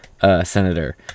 senator